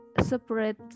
separate